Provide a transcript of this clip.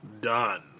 done